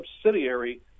subsidiary